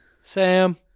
Sam